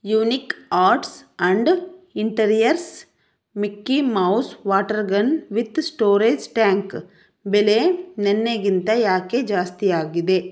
unique Arts and Interiors Mickey Mouse water gun with storage tank ಬೆಲೆ ನೆನ್ನೆಗಿಂತ ಯಾಕೆ ಜಾಸ್ತಿಯಾಗಿದೆ